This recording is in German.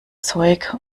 zeug